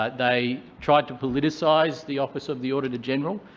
ah they tried to politicise the office of the auditor-general,